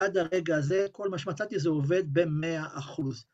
עד הרגע הזה, כל מה שמצאתי, זה עובד ב-100%.